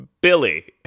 Billy